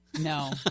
No